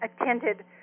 attended